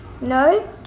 no